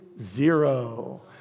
zero